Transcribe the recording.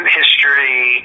history